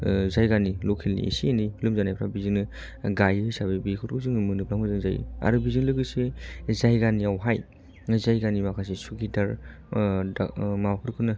जायगानि लकेल नि एसे एनै लोमजानायफ्रा बेजोंनो गायो जाबाय बेफोरखौ जोङो मोनोब्ला मोजां जायो आरो बेजों लोगोसे जायगानियावहाय जायगानि माखासे सुखिदार माबाफोरखौनो